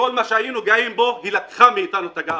כל מה שהיינו גאים בו היא לקחה מאתנו את הגאווה.